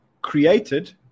created